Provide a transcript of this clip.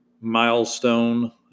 milestone